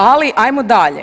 Ali hajmo dalje.